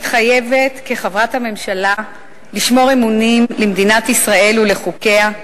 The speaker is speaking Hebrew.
מתחייבת כחברת הממשלה לשמור אמונים למדינת ישראל ולחוקיה,